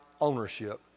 ownership